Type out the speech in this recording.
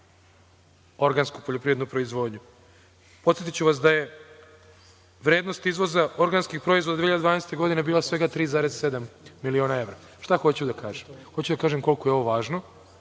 organsku poljoprivrednu proizvodnju. Podsetiću vas da je vrednost izvoza organske proizvodnje bila 2012. godine bila svega 3,7 miliona evra. Šta hoću da kažem? Hoću da kažem koliko je ovo važno,